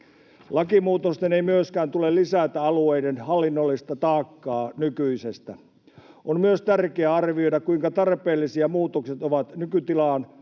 Lakimuutosten ei myöskään tule lisätä alueiden hallinnollista taakkaa nykyisestä. On myös tärkeää arvioida, kuinka tarpeellisia muutokset ovat nykytilaan